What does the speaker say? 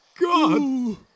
God